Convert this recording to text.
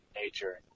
nature